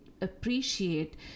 appreciate